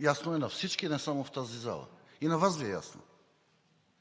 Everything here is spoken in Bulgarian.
Ясно е на всички не само в тази зала и на Вас Ви е ясно.